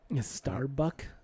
Starbuck